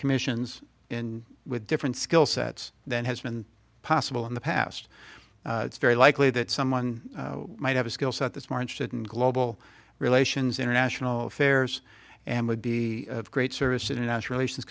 commissions with different skill sets than has been possible in the past it's very likely that someone might have a skill set that's more interested in global relations international affairs and would be of great service internation